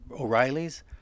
O'Reilly's